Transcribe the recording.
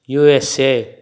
USA